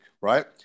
right